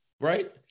right